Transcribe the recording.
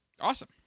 awesome